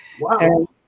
Wow